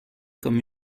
comme